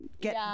get